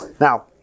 Now